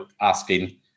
asking